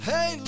Hey